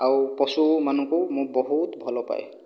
ଆଉ ପଶୁମାନଙ୍କୁ ମୁଁ ବହୁତ ଭଲ ପାଏ